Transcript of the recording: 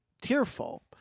tearful